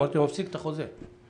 אני מפסיק את החוזה.